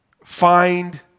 Find